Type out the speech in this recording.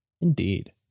indeed